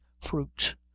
fruit